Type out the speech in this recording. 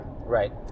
right